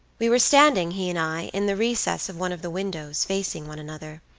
we were standing, he and i, in the recess of one of the windows, facing one another.